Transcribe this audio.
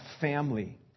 family